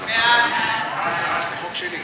ההצעה להעביר